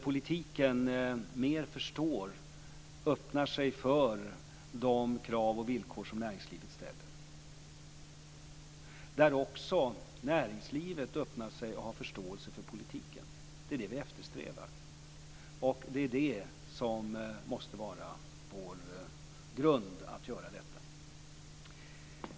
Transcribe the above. Politiken måste mer förstå och öppna sig för de krav och villkor som näringslivet ställer. Också näringslivet måste öppna sig och ha förståelse för politiken. Det är detta som vi eftersträvar och som måste vara vår utgångspunkt.